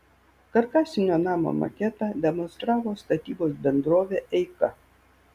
karkasinio namo maketą demonstravo statybos bendrovė eika